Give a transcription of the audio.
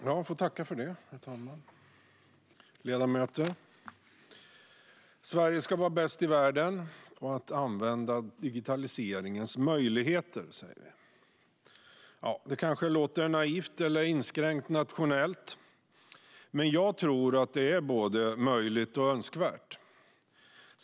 Herr talman! Ledamöter! Sverige ska vara bäst i världen på att använda digitaliseringens möjligheter, säger vi. Det kanske låter naivt eller inskränkt nationellt, men jag tror att det är både möjligt och önskvärt.